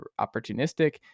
opportunistic